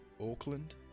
Auckland